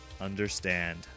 understand